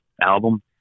Album